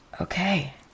Okay